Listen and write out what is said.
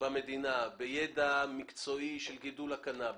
במדינה בידע מקצועי של גידול הקנאביס,